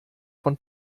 von